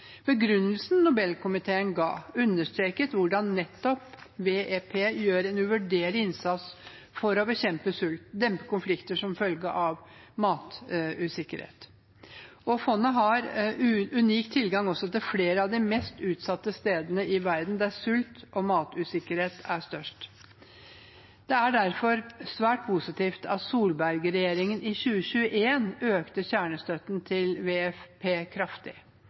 Begrunnelsen Nobelkomiteen ga, understreket hvordan nettopp WFP gjør en uvurderlig innsats for å bekjempe sult og dempe konflikter som følge av matusikkerhet. Fondet har unik tilgang også til flere av de mest utsatte stedene i verden der sult og matusikkerhet er størst. Det er derfor svært positivt at Solberg-regjeringen i 2021 økte kjernestøtten til WFP kraftig.